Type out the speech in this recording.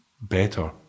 better